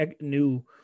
new